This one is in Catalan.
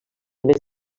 més